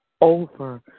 over